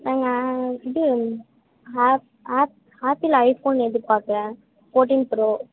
நாங்கள் இது ஆப் ஆப் ஆப்பிள் ஐ ஃபோன் எதிர் பார்க்கறேன் ஃபோர்டீன் ப்ரோ